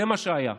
זה מה שהיה.